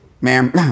ma'am